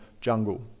jungle